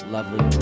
lovely